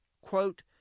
Quote